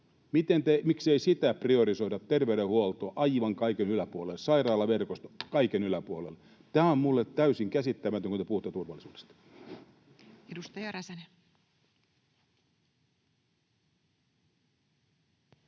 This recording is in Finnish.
Miksei sitä priorisoida, terveydenhuoltoa aivan kaiken yläpuolelle, ja sairaalaverkostoa kaiken yläpuolelle. Tämä on minulle täysin käsittämätöntä, kun te puhutte turvallisuudesta.